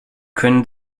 können